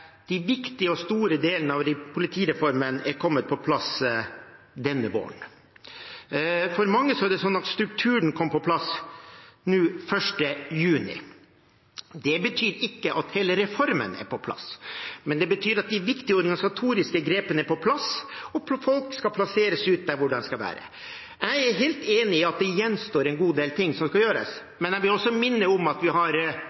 de viktige og store delene av politireformen er kommet på plass denne våren. For mange er det sånn at strukturen kom på plass nå 1. juni. Det betyr ikke at hele reformen er på plass, men det betyr at de viktige organisatoriske grepene er på plass, og folk skal plasseres ut der hvor de skal være. Jeg er helt enig i at det gjenstår en god del ting som skal gjøres, men jeg vil også minne om at vi har